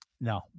No